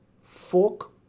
fork